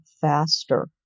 faster